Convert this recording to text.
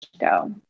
go